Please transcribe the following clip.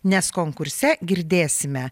nes konkurse girdėsime